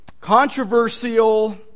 controversial